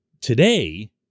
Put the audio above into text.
Today